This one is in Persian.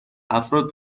افراد